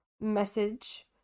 message